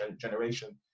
generation